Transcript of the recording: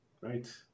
right